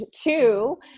two